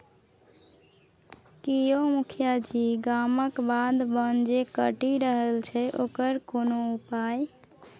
की यौ मुखिया जी गामक बाध बोन जे कटि रहल छै ओकर कोनो उपाय